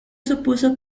supuso